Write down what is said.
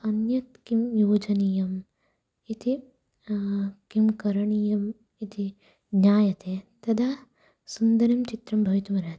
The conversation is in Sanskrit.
अन्यत् किं योजनीयम् इति किं करणीयम् इति ज्ञायते तदा सुन्दरं चित्रं भवितुमर्हति